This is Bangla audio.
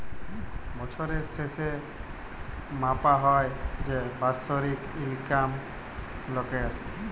বছরের শেসে মাপা হ্যয় যে বাৎসরিক ইলকাম লকের